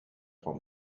vom